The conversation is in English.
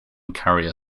carrier